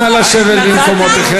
זה היה אירוע יוצא דופן,